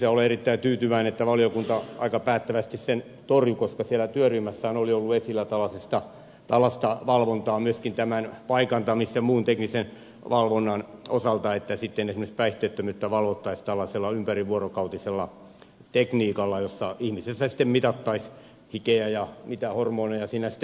olen erittäin tyytyväinen että valiokunta aika päättävästi sen torjui koska siellä työryhmässähän oli ollut esillä tällaista valvontaa myöskin tämän paikantamis ja muun teknisen valvonnan osalta että sitten esimerkiksi päihteettömyyttä valvottaisiin tällaisella ympärivuorokautisella tekniikalla jossa ihmisestä sitten mitattaisiin hikeä ja mitä hormoneja siinä sitten mitattaisiin